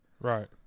right